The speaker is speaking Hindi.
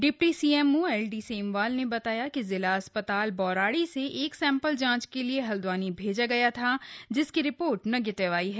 डिप्टी सीएमओ एलडी सेमवाल ने बताया कि जिला अस्पताल बौराड़ी से एक सैंपल जांच के लिए हल्द्वानी भेजा गया था जिसकी रिपोर्ट नेगेटिव है